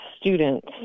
students